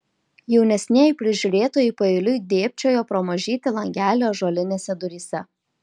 jaunesnieji prižiūrėtojai paeiliui dėbčiojo pro mažytį langelį ąžuolinėse duryse